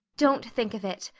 don't think of it.